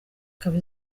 ikaba